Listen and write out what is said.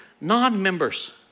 non-members